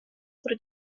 wurde